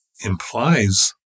implies